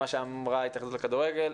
למה שאמרה התאחדות הכדורגל,